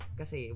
kasi